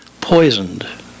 poisoned